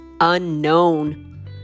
unknown